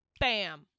bam